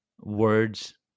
words